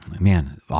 man